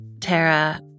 Tara